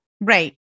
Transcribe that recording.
Right